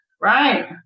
right